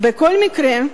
בכל מקרה,